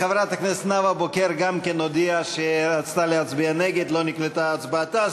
חברת הכנסת נאוה בוקר גם כן הודיעה שרצתה להצביע נגד ולא נקלטה הצבעתה.